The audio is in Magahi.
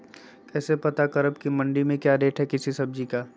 कैसे पता करब की मंडी में क्या रेट है किसी सब्जी का?